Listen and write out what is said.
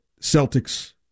Celtics